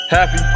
Happy